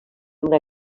una